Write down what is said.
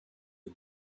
the